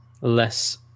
less